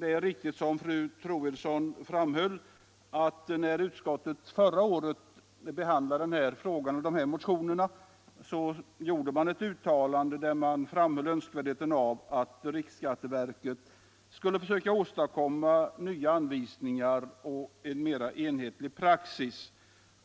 Det är riktigt, som fru Troedsson framhöll, att man när utskottet förra året behandlade motioner i denna fråga gjorde ett uttalande, där man framhöll önskvärdheten av att riksskatteverket skulle försöka åstadkomma nya anvisningar och en mera enhetlig praxis.